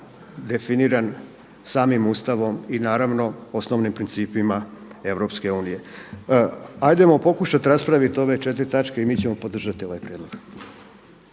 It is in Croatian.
definiran samim Ustavom i naravno osnovnim principima Europske unije. Hajdemo pokušati raspraviti ove 4 točke i mi ćemo podržati ovaj prijedlog.